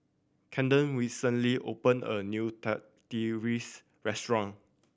Kamden recently opened a new Tortillas Restaurant